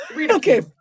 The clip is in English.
Okay